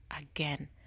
again